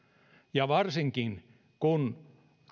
varsinkin kun